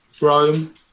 Rome